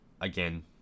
Again